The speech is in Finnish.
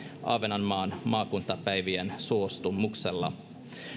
ahvenanmaan maakuntapäivien suostumuksella